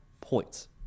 points